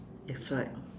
that's right